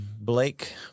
Blake